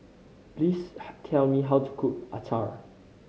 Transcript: please tell me how to cook acar